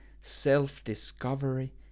self-discovery